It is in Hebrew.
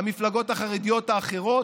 גם המפלגות החרדיות האחרות,